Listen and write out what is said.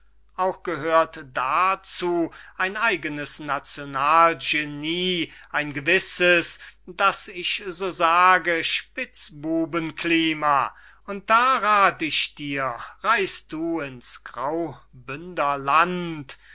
auch gehört dazu ein eignes national genie ein gewisses daß ich so sage spitzbuben klima und da rath ich dir reis du ins graubündner land